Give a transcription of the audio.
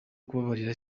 kubabarira